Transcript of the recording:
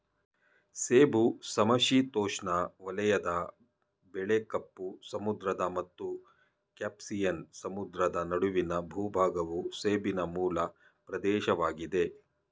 ಸೇಬು ಸಮಶೀತೋಷ್ಣ ವಲಯದ ಬೆಳೆ ಕಪ್ಪು ಸಮುದ್ರ ಮತ್ತು ಕ್ಯಾಸ್ಪಿಯನ್ ಸಮುದ್ರ ನಡುವಿನ ಭೂಭಾಗವು ಸೇಬಿನ ಮೂಲ ಪ್ರದೇಶವಾಗಿದೆ